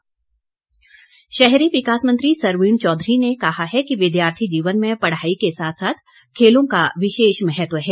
सरवीण चौधरी शहरी विकास मंत्री सरवीण चौधरी ने कहा है कि विद्यार्थी जीवन में पढ़ाई के साथ साथ खेलों का विशेष महत्व है